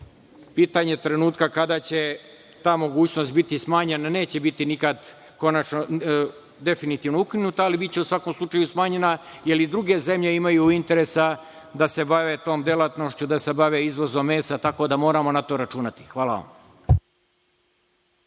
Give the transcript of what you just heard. pitanje trenutka kada će ta mogućnost biti smanjena. Neće biti nikad definitivno ukinuta, ali biće u svakom slučaju smanjena jer i druge zemlje imaju interesa da se bave tom delatnošću, da se bave izvozom mesa, tako da moramo na to računati. Hvala vam.